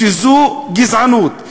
שזו גזענות.